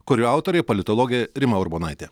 kurio autorė politologė rima urbonaitė